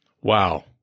Wow